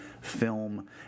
film